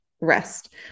rest